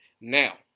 Now